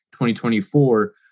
2024